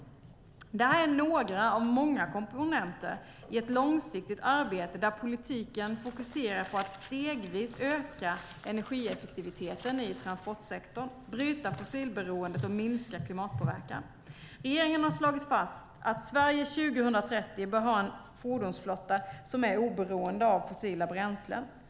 Det här är några av många komponenter i ett långsiktigt arbete där politiken fokuserar på att stegvis öka energieffektiviteten i transportsektorn, bryta fossilberoendet och minska klimatpåverkan. Regeringen har slagit fast att Sverige 2030 bör ha en fordonsflotta som är oberoende av fossila bränslen.